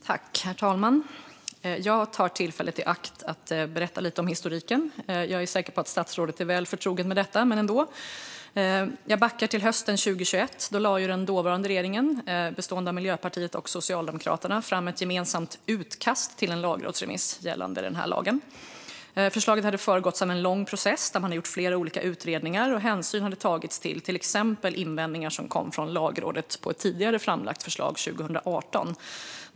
Herr talman! Jag tar tillfället i akt att berätta lite grann om historiken. Jag är säker på att statsrådet är väl förtrogen med den, men jag gör det ändå. Jag backar till hösten 2021. Då lade den dåvarande regeringen, bestående av Miljöpartiet och Socialdemokraterna, fram ett gemensamt utkast till en lagrådsremiss gällande denna lag. Förslaget hade föregåtts av en lång process där man gjort flera olika utredningar, och hänsyn hade tagits till exempelvis invändningar från Lagrådet på ett tidigare framlagt förslag 2018.